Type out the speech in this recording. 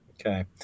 Okay